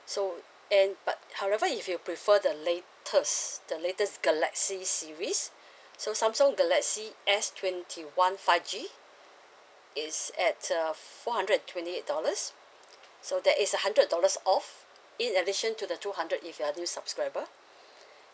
so and but however if you prefer the latest the latest galaxy series so samsung galaxy S twenty one five G it's at a four hundred and twenty dollars so there is a hundred dollars off in addition to the two hundred if you're new subscriber